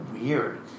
weird